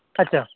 আচ্ছা আচ্ছা